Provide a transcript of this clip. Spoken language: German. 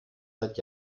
seit